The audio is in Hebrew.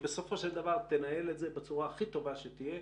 בסופו של דבר תנהל את זה בצורה הכי טובה שתהיה,